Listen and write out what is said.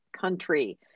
country